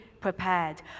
prepared